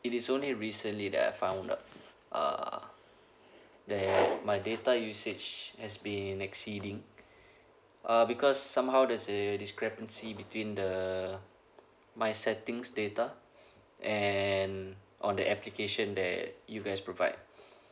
it is only recently that I found out uh that my data usage has been exceeding uh because somehow there's a discrepancy between the my settings data and on the application that you guys provide